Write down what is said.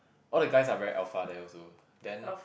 all the guys are very alpha there also then